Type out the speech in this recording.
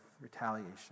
retaliation